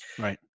Right